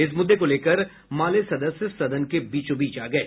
इस मुद्दे को लेकर माले के सदस्य सदन के बीचो बीच आ गये